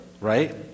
Right